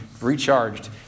recharged